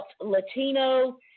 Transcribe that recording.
Latino